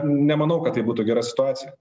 nemanau kad tai būtų gera situacija